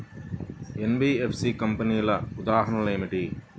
NBFC కంపెనీల ఉదాహరణ ఏమిటి?